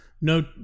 no